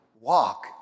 walk